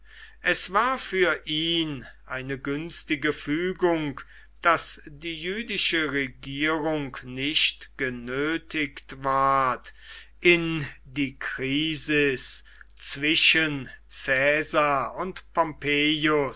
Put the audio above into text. es war für ihn eine günstige fügung daß die jüdische regierung nicht genötigt ward in die krisis zwischen caesar und